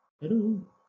Hello